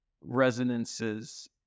Resonances